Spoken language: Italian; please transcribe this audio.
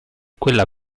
quella